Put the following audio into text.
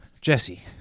Jesse